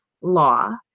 law